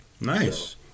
Nice